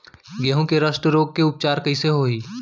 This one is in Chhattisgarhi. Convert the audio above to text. गेहूँ के रस्ट रोग के उपचार कइसे होही?